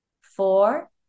four